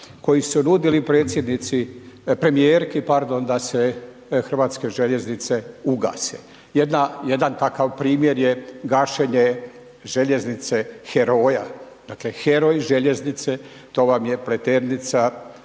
predsjednici, premijerki pardon, da se hrvatske željeznice ugase. Jedna, jedan takav primjer je gašenje željeznice heroja, dakle heroj željeznice to vam je Pleternica – Čaglin